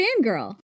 Fangirl